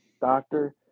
doctor